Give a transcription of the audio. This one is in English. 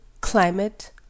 climate